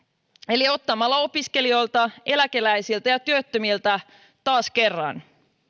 eli ottamalla opiskelijoilta eläkeläisiltä ja työttömiltä taas kerran